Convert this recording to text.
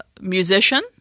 Musician